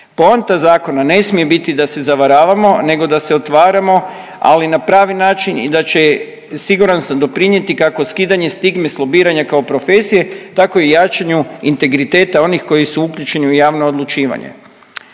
Poanta zakona ne smije biti da se zavaravamo, nego da se otvaramo ali na pravi način i da će siguran sam doprinijeti kako skidanje stigme s lobiranja kao profesije tako i jačanju integriteta onih koji su uključeni u javno odlučivanje.